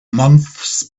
months